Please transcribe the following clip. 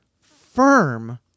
firm